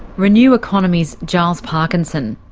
renew economy's giles parkinson.